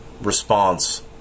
response